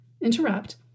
interrupt